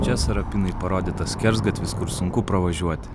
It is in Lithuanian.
čia sarapinai parodytas skersgatvis kur sunku pravažiuoti